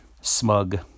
smug